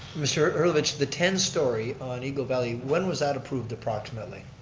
mr. herlovich, the ten story on eagle valley, when was that approved approximately?